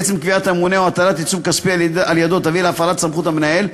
עצם קביעת הממונה או הטלת עיצום כספי על-ידו תביא להפעלת סמכות המנהל,